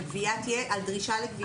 על דרישה לגביית יתר?